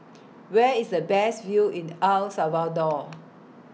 Where IS The Best View in El Salvador